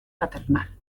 paternal